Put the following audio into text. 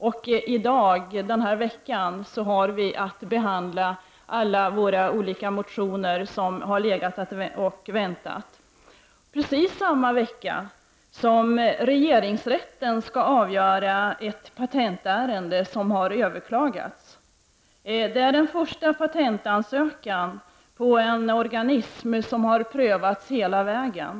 I dag har vi att behandla alla motioner som har legat och väntat. Det är samtidigt som regeringsrätten skall avgöra ett patentärende som har överklagats. Det är den första patentansökan på en organism som har prövats hela vägen.